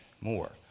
more